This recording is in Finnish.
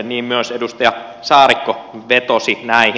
myös edustaja saarikko vetosi näihin